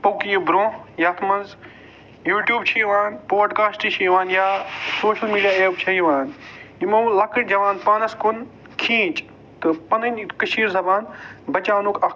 پوٚک یہِ برٛونٛہہ یَتھ منٛز یوٗ ٹیٛوٗب چھُ یِوان پوڈ کاسٹ چھُ یِوان یا سوشَل میٖڈیا اَیپ چھِ یِوان یِمَو لۄکٔٹۍ جَوان پانَس کُن کھیٖنچ تہٕ پَنٕنۍ یہِ کٔشیٖر زَبان بَچاونُک اکھ